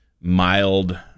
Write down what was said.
mild